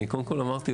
אני קודם כל אמרתי,